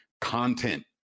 content